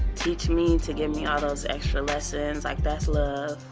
teach me to give me all those extra lessons, like, that's love.